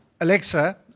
alexa